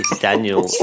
Daniel